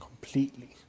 completely